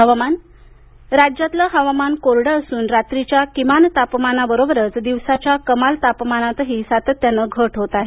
हवामान राज्यातलं हवामान कोरडं असून रात्रीच्या किमान तापमानाबरोबरच दिवसाच्या कमाल तापमानातही सातत्यानं घट होते आहे